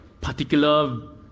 particular